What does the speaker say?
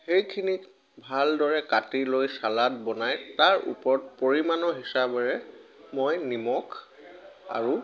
সেইখিনিক ভালদৰে কাটি লৈ ছালাড বনাই তাৰ ওপৰত পৰিমাণৰ হিচাবেৰে মই নিমখ আৰু